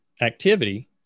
activity